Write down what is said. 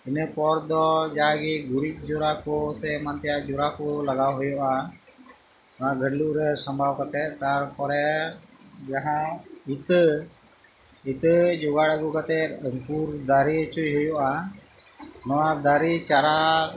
ᱤᱱᱟᱹ ᱯᱚᱨᱫᱚ ᱡᱟᱜᱮ ᱜᱩᱨᱤᱡ ᱡᱚᱨᱟᱠᱚ ᱥᱮ ᱮᱢᱟᱱ ᱛᱮᱭᱟᱜ ᱡᱚᱨᱟᱠᱚ ᱞᱟᱜᱟᱣ ᱦᱩᱭᱩᱜᱼᱟ ᱚᱱᱟ ᱜᱷᱟᱹᱰᱞᱩᱜ ᱨᱮ ᱥᱟᱸᱵᱟᱣ ᱠᱟᱛᱮᱫ ᱛᱟᱨᱯᱚᱨᱮ ᱡᱟᱦᱟᱸ ᱤᱛᱟᱹ ᱤᱛᱟᱹ ᱡᱚᱜᱟᱲ ᱟᱹᱜᱩ ᱠᱟᱛᱮᱫ ᱟᱹᱝᱠᱩᱨ ᱫᱟᱨᱮ ᱦᱚᱪᱚᱭ ᱦᱩᱭᱩᱜᱼᱟ ᱱᱚᱣᱟ ᱫᱟᱨᱮ ᱪᱟᱨᱟ